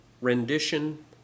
rendition